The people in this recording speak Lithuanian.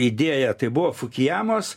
idėja tai buvo fukijamos